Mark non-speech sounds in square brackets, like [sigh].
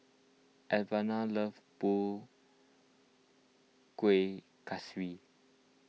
Alvera loves [unintelligible] Kueh Kaswi